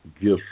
gifts